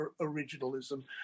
originalism